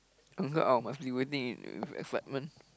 Uncle-Aw must be waiting in with excitement